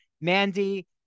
Mandy